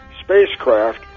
spacecraft